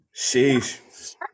Sheesh